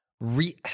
re